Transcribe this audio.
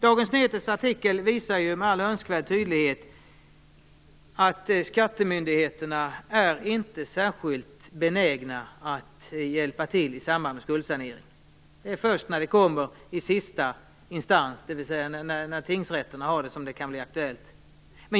Dagens Nyheters artikel visar med all önskvärd tydlighet att skattemyndigheterna inte är särskilt benägna att hjälpa till i samband med skuldsanering. Det är först när det kommer till sista instans, dvs. när tingsrätten har ärendet, som det kan bli aktuellt.